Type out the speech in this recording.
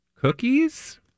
Cookies